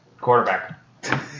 Quarterback